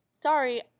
sorry